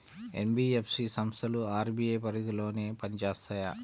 NBFC సంస్థలు RBI పరిధిలోనే పని చేస్తాయా?